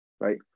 right